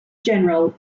general